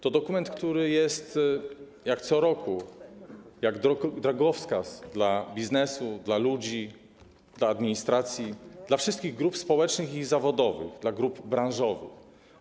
To dokument, który jak co roku jest drogowskazem dla biznesu, dla ludzi, dla administracji, dla wszystkich grup społecznych i zawodowych, dla grup branżowych.